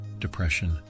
depression